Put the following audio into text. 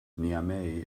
niamey